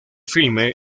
filme